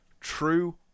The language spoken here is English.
true